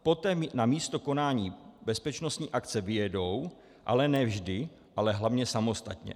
Potom na místo konání bezpečnostní akce vyjedou, ale ne vždy, ale hlavně samostatně.